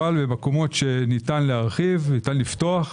אבל היכן שניתן להרחיב ולפתוח,